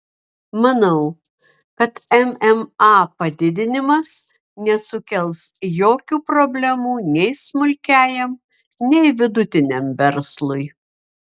manau kad mma padidinimas nesukels jokių problemų nei smulkiajam nei vidutiniam verslui